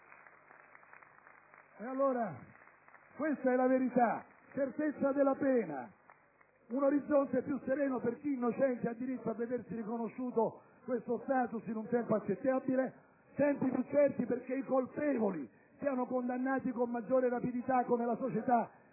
*(PdL)*. Questa è la verità: certezza della pena, un orizzonte più sereno per chi, innocente, ha diritto a vedersi riconosciuto questo status in un tempo accettabile, tempi più certi perché i colpevoli siano condannati con maggiore rapidità, come la società